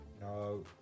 No